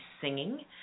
singing